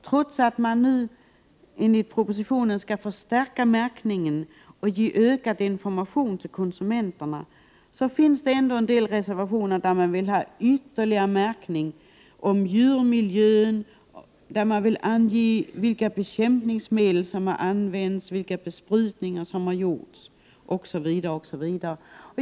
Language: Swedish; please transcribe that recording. Trots att man nu enligt propositionen skall förstärka märkningen och ge ökad information till konsumenterna, finns det ändå reservanter som begär ytterligare märkning — om djurmiljön, om vilka bekämpningsmedel som har använts, om vilka besprutningar som har gjorts, osv. osv.